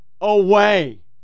away